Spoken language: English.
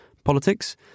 politics